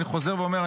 אני חוזר ואומר,